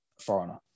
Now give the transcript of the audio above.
foreigner